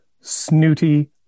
Snooty